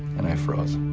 and i froze.